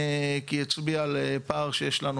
שהם הצביעו על פער שיש לנו,